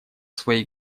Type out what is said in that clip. своей